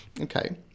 Okay